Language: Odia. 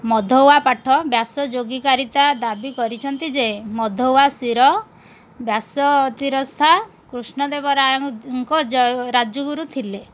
ମଧୱା ପାଠ ବ୍ୟାସଯୋଗୀକାରିତା ଦାବି କରିଛନ୍ତି ଯେ ମଧୱା ସିର ବ୍ୟାସତିରସା କୃଷ୍ଣ ଦେବରାୟଙ୍କ ଜ ରାଜଗୁରୁ ଥିଲେ